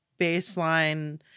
baseline